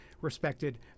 respected